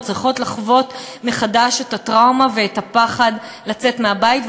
וצריכות לחוות מחדש את הטראומה ואת הפחד לצאת מהבית,